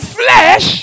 flesh